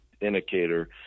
indicator